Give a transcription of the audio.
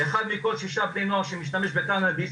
אחד מכל שישה בני נוער שמשתמש בקנאביס,